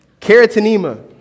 keratinema